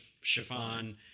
Chiffon